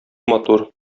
матур